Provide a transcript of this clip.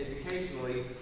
educationally